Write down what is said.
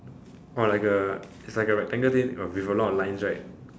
oh like a it's like a rectangular base with a lot of lines right